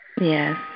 Yes